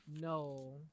No